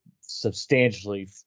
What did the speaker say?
substantially